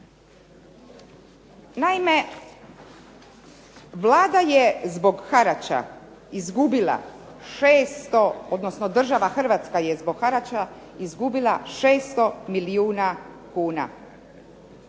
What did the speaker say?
Hrvatska je zbog harača izgubila 600 milijuna kuna.